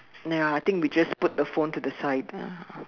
nah I think we just put the phone to the side ah